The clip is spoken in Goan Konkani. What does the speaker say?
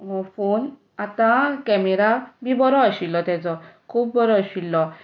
फोन आतां कॅमेरा बी बरो आशिल्लो ताजो खूब बरो आशिलो